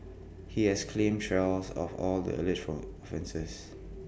he has claimed trials of all the alleged from offences